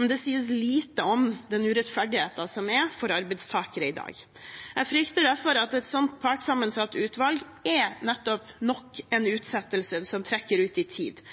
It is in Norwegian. men det sies lite om den urettferdigheten som er for arbeidstakere i dag. Jeg frykter derfor at et slikt partssammensatt utvalg er nok en utsettelse som trekker dette ut i tid.